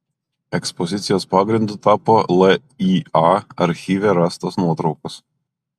ekspozicijos pagrindu tapo lya archyve rastos nuotraukos